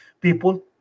people